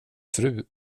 fru